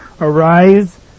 Arise